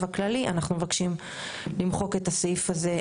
הכללי אנחנו מבקשים למחוק את הסעיף הזה.